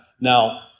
Now